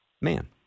man